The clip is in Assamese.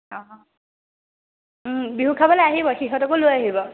অঁ বিহু খাবলৈ আহিব সিহঁতকো লৈ আহিব